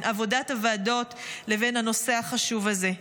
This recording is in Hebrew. עבודת הוועדות לבין הנושא החשוב הזה.